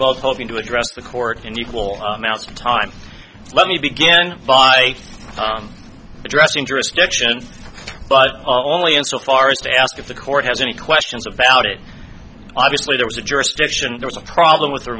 both hoping to address the court in equal amounts of time let me begin by addressing jurisdictions but only in so far as to ask if the court has any questions or valid it obviously there was a jurisdiction there was a problem with the